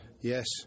yes